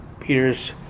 Peter's